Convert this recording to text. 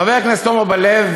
חבר הכנסת עמר בר-לב,